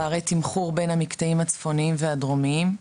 פערי תמחור בין המקטעים הצפוניים והדרומיים.